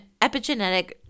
epigenetic